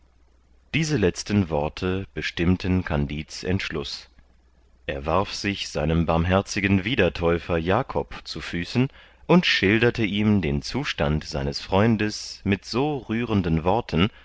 diese letzten worte bestimmten kandid's entschluß er warf sich seinem barmherzigen wiedertäufer jakob zu füßen und schilderte ihm den zustand seines freundes mit so rührenden worten